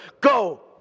Go